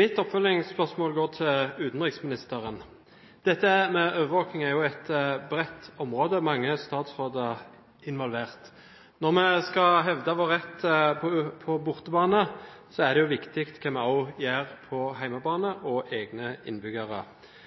Mitt oppfølgingsspørsmål går til utenriksministeren. Dette med overvåking er jo et bredt område. Mange statsråder er involvert. Når vi skal hevde vår rett på bortebane, er det også viktig hva vi gjør på hjemmebane og for egne innbyggere.